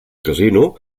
casino